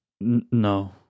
no